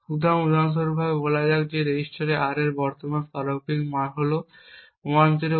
সুতরাং উদাহরণ স্বরূপ বলা যাক যে রেজিস্টার R এ বর্তমানের প্রারম্ভিক মান হল 1011